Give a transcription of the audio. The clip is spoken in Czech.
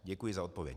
Děkuji za odpověď.